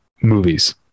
movies